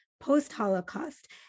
post-Holocaust